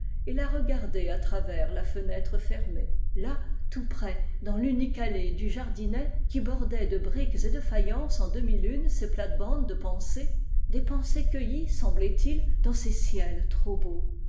et la regarder à travers la fenêtre fermée là tout près dans l'unique allée du jardinet qui bordait de briques et de faïences en demi lunes ses plates-bandes de pensées des pensées cueillies semblait-il dans ces ciels trop beaux